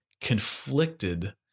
conflicted